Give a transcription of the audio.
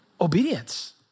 Obedience